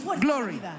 Glory